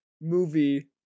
movie